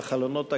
בחלונות הגבוהים,